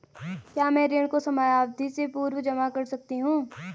क्या मैं ऋण को समयावधि से पूर्व जमा कर सकती हूँ?